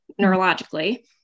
neurologically